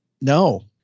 No